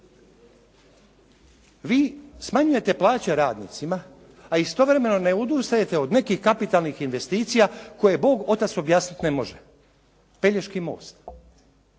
Vi smanjujete plaće radnicima, a istovremeno ne odustajete od nekih kapitalnih investicija koje Bog otac objasniti ne može, Pelješki most.